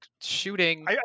shooting